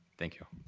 thank you.